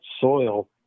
soil